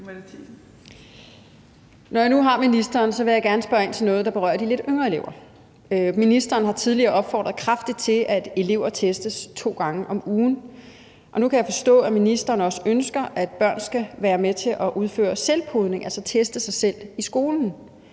Når jeg nu har ministeren, vil jeg gerne spørge ind til noget, der berører de lidt yngre elever. Ministeren har tidligere opfordret kraftigt til, at elever testes to gange om ugen. Nu kan jeg forstå, at ministeren også ønsker, at børn skal være med til at udføre selvpodning, altså teste sig selv i skolen.